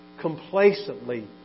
complacently